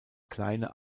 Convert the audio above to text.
kleine